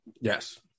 Yes